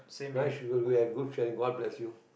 nice you should go at good shall god bless you